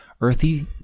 earthy